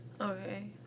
okay